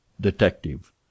Detective